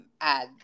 add